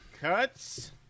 Cuts